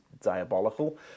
diabolical